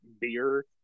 beer